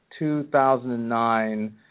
2009